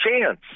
chance